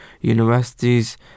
universities